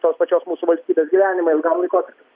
tos pačios mūsų valstybės gyvenimą ilgam laikotarpiui